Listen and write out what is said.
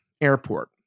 airport